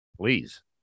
Please